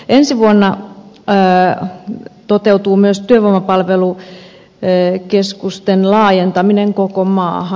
ensi vuonna toteutuu myös työvoimapalvelukeskusten laajentaminen koko maahan